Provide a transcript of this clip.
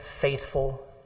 faithful